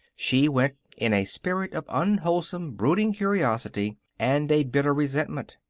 she went in a spirit of unwholesome brooding curiosity and a bitter resentment.